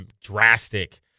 drastic